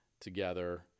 together